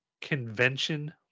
convention